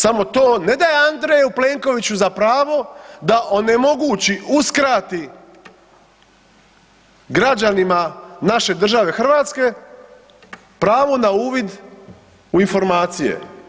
Samo to ne daje A. Plenkoviću za pravo da onemogući, uskrati građanima naše države Hrvatske pravo na uvid u informacije.